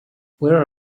where